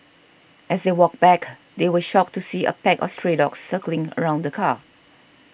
as they walked back they were shocked to see a pack of stray dogs circling around the car